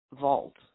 vault